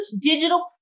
digital